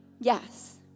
Yes